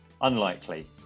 Unlikely